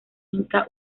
inca